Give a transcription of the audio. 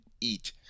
eat